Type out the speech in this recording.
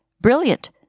brilliant